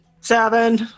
Seven